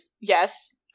yes